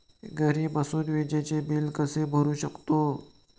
घरी बसून विजेचे बिल कसे भरू शकतो?